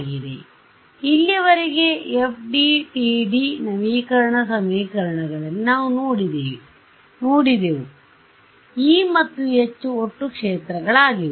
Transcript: ಆದ್ದರಿಂದ ಇಲ್ಲಿಯವರೆಗೆ ಎಫ್ಡಿಟಿಡಿ ನವೀಕರಣ ಸಮೀಕರಣಗಳಲ್ಲಿ ನಾವು ನೋಡಿದೆವು E ಮತ್ತು H ಒಟ್ಟು ಕ್ಷೇತ್ರಗಳಾಗಿವೆ